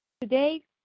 Today